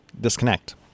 disconnect